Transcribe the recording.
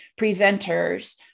presenters